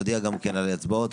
נודיע על ההצבעות.